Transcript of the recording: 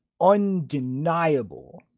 undeniable